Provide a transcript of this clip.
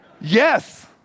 Yes